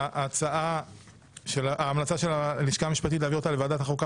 ההמלצה של הלשכה המשפטית היא להעביר אותה לוועדת החוקה,